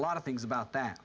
lot of things about that